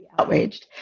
outraged